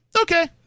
okay